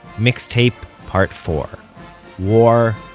mixtape part four war,